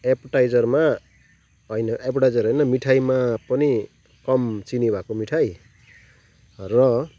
एप्पिटाइजरमा होइन एप्पिटाइजर होइन न मिठाईमा पनि कम चिनी भएको मिठाई र